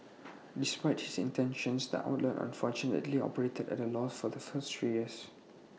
despite his intentions the outlet unfortunately operated at A loss for the first three years